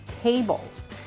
tables